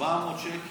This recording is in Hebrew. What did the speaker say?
700 שקל.